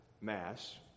Mass